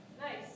Nice